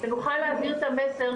שנוכל להעביר את המסר,